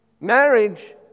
Marriage